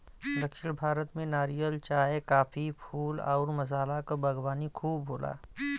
दक्षिण भारत में नारियल, चाय, काफी, फूल आउर मसाला क बागवानी खूब होला